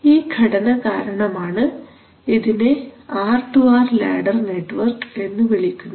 ഈ ഘടന കാരണമാണ് ഇതിനെ R two R ladder network എന്നു വിളിക്കുന്നത്